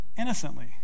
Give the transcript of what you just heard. innocently